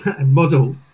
model